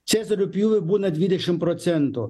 cezario pjūvių būna dvidešimt procentų